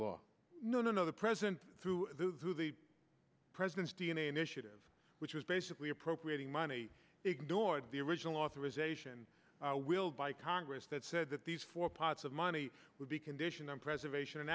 law no no no the president through the through the president's d n a initiative which is basically appropriating money ignored the original authorization willed by congress that said that these four pots of money would be conditioned on preservation a